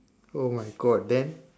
oh my god then